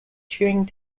during